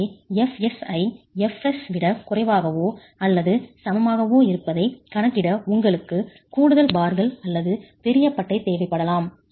எனவே Fs ஐ fs விட குறைவாகவோ அல்லது சமமாகவோ இருப்பதைக் கணக்கிட உங்களுக்கு கூடுதல் பார்கள் அல்லது பெரிய பட்டை தேவைப்படலாம்